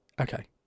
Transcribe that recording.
Okay